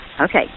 Okay